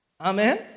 Amen